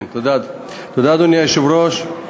אדוני היושב-ראש,